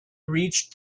reached